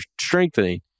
strengthening